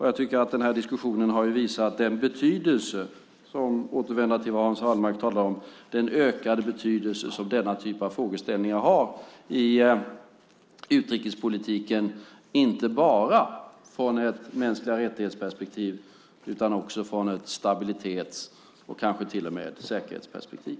Jag tycker att den här diskussionen har visat den ökade betydelse som, för att återvända till det Hans Wallmark talade om, denna typ av frågeställningar har i utrikespolitiken, inte bara ur perspektivet mänskliga rättigheter utan också från ett stabilitetsperspektiv och kanske till och med ett säkerhetsperspektiv.